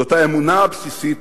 זאת האמונה הבסיסית